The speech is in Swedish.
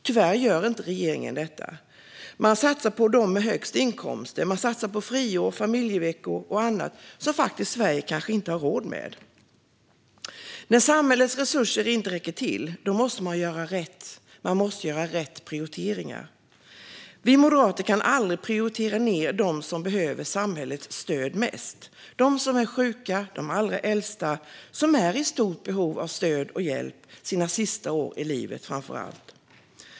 Tyvärr gör inte regeringen det, utan den satsar på dem med högst inkomster. Man satsar på friår, familjeveckor och annat som Sverige kanske faktiskt inte har råd med. När samhällets resurser inte räcker till måste man göra rätt prioriteringar. Vi moderater kan aldrig prioritera ned dem som behöver samhällets stöd mest - de som är sjuka, och de allra äldsta som är i stort behov av stöd och hjälp, framför allt under sina sista år i livet.